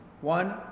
One